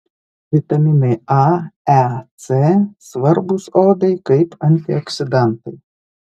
vitaminai a e c svarbūs odai kaip antioksidantai